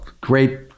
great